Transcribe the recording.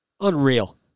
Unreal